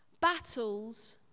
battles